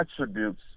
attributes